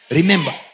Remember